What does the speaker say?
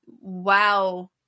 wow